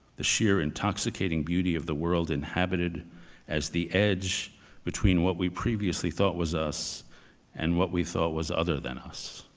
the sheer intoxicating beauty of the world inhabited as the edge between what we previously thought was us and what we thought was other than us.